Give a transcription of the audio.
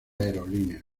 aerolíneas